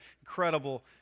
incredible